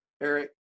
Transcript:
eric